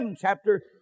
chapter